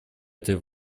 этой